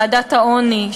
הוועדה למלחמה בעוני,